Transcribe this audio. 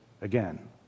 again